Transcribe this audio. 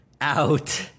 out